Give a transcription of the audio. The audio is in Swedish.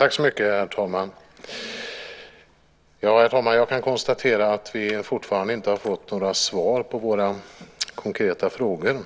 Herr talman! Jag kan konstatera att vi fortfarande inte har fått några svar på våra konkreta frågor.